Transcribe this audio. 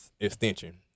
Extension